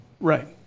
Right